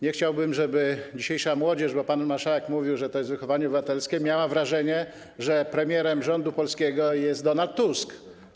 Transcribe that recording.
Nie chciałbym, żeby dzisiejsza młodzież, bo pan marszałek mówił, że to jest wychowanie obywatelskie, miała wrażenie, że premierem rządu polskiego jest Donald Tusk.